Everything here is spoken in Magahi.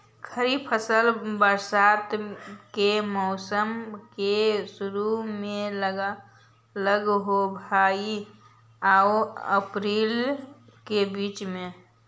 खरीफ फसल बरसात के मौसम के शुरु में लग हे, मई आऊ अपरील के बीच में